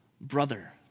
brother